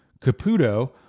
Caputo